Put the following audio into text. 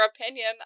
opinion